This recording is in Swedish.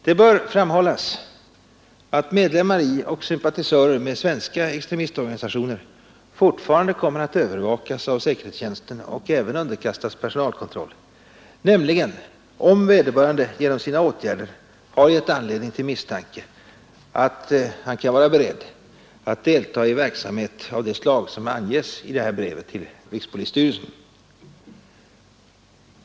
Det bör framhållas, att medlemmar i och sympatisörer med svenska extre mistorganisationer fortfarande kommer att övervakas av säkerhetstjänsten och även underkastas personalkontroll, nämligen om vederbörande genom sina åtgärder har gett anledning till misstanke att han kan vara beredd att delta i verksamhet av det slag som anges i brevet till rikspolisstyrelsen.